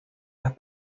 las